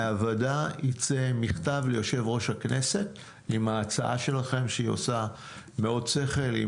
מהוועדה ייצא מכתב ליושב-ראש הכנסת עם ההצעה שלכם שהיא עושה מאוד שכל,